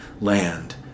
land